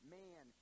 man